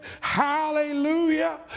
Hallelujah